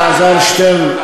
חבר הכנסת אלעזר שטרן,